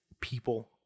people